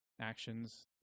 actions